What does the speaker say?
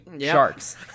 sharks